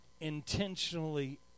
intentionally